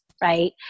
right